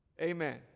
Amen